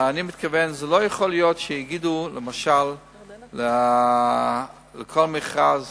אני מתכוון לומר שלא יכול להיות שיגידו בכל מכרז